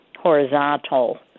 horizontal